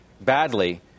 badly